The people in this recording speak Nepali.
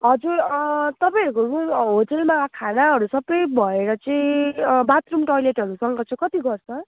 हजुर अँ तपाईँहरूको रुम होटलमा खानाहरू सबै भएर चाहिँ बाथरुम टोइलेटहरूको सँग चाहिँ कति गर्छ